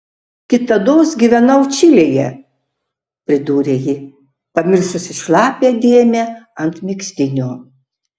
kitados gyvenau čilėje pridūrė ji pamiršusi šlapią dėmę ant megztinio